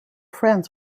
friends